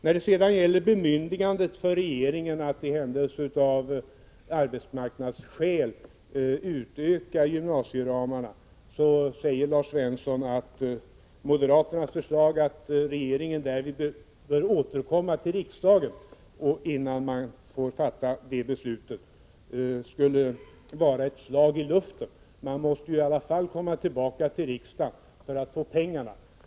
När det gäller bemyndigandet för regeringen att av arbetsmarknadsskäl utöka gymnasieramarna säger Lars Svensson att det moderata förslaget att regeringen bör återkomma till riksdagen innan beslut fattas skulle vara ett slag i luften; man måste ju i alla fall komma tillbaka till riksdagen för att få pengarna.